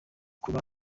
kuba